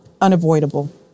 unavoidable